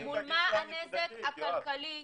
מול מה הנזק הכלכלי,